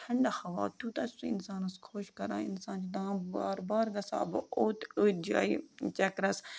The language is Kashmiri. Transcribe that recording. ٹھنٛڈٕ ہوا تیوٗتاہ سُہ اِنسانَس خوش کران اِنسان چھُ دَپان بار بار گژھٕ ہا بہٕ اوٚت أتھۍ جایہِ چَکرَس